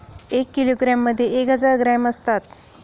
एक किलोग्रॅममध्ये एक हजार ग्रॅम असतात